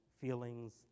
feelings